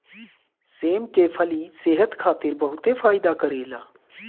सेम के फली सेहत खातिर बहुते फायदा करेला